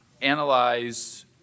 analyze